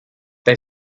they